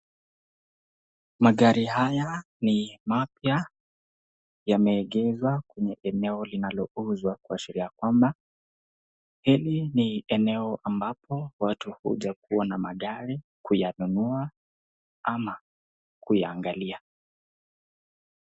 Magari haya ni mapya yameegezwa kwenye eneo linalouzwa kuashiria kwamba hili ni eneo ambapo watu huja kuona magari, kuyanunua ama kuiangalia.